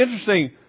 interesting